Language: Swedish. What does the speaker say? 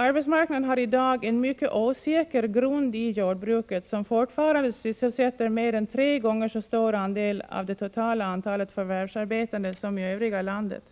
Arbetsmarknaden har i dag en mycket osäker grund i jordbruket, som fortfarande sysselsätter mer än tre gånger så stor andel av det totala antalet förvärvsarbetande som i övriga landet.